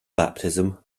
baptism